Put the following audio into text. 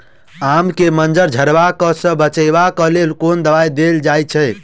आम केँ मंजर झरके सऽ बचाब केँ लेल केँ कुन दवाई देल जाएँ छैय?